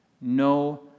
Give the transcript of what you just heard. No